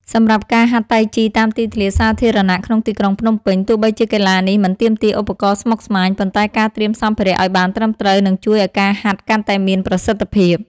សម្រាប់ការហាត់តៃជីតាមទីធ្លាសាធារណៈក្នុងទីក្រុងភ្នំពេញ ទោះបីជាកីឡានេះមិនទាមទារឧបករណ៍ស្មុគស្មាញ ប៉ុន្តែការត្រៀមសម្ភារៈឱ្យបានត្រឹមត្រូវនឹងជួយឱ្យការហាត់កាន់តែមានប្រសិទ្ធភាព។